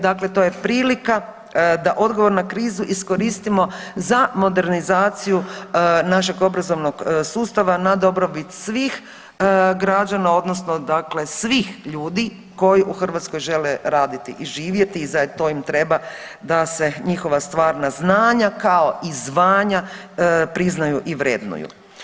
Dakle, to je prilika da odgovor na krizu iskoristimo za modernizaciju našeg obrazovnog sustava na dobrobit svih građana, odnosno dakle svih ljudi koji u Hrvatskoj žele raditi i živjeti i za to im treba da se njihova stvarna znanja kao i zvanja priznaju i vrednuju.